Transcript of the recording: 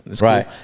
Right